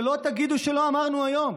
שלא תגידו שלא אמרנו היום.